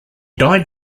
died